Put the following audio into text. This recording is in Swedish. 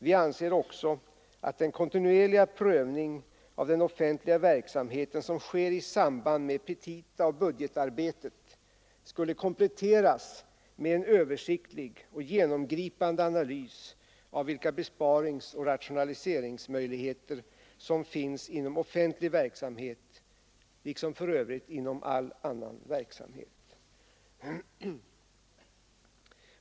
Vi anser också att den kontinuerliga prövning av den offentliga verksamheten som sker i samband med petitaoch budgetarbetet skulle kompletteras med en mera översiktlig och genomgripande analys av vilka besparingsoch rationaliseringsmöjligheter som finns inom offentlig verksamhet — liksom för övrigt inom all annan verksamhet.